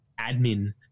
admin